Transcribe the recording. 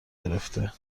گرفته